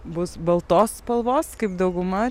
bus baltos spalvos kaip dauguma